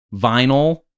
vinyl